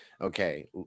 okay